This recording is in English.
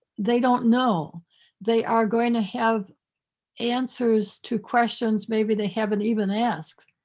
they don't know they are going to have answers to questions maybe they haven't even asked.